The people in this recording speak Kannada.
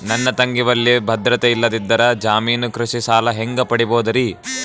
ನನ್ನ ತಂಗಿ ಬಲ್ಲಿ ಭದ್ರತೆ ಇಲ್ಲದಿದ್ದರ, ಜಾಮೀನು ಕೃಷಿ ಸಾಲ ಹೆಂಗ ಪಡಿಬೋದರಿ?